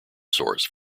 source